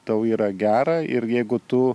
tau yra gera ir jeigu tu